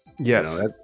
yes